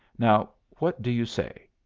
now, what do you say?